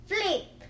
Flip